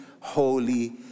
holy